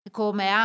come